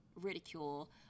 ridicule